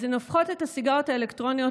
אז הן הופכות את הסיגריות האלקטרוניות